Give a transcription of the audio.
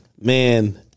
Man